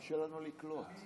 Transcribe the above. קשה לנו לקלוט.